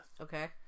okay